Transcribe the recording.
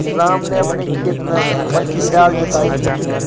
राम ने अपने खेत में पट्टीदार जुताई की